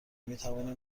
میتوانیم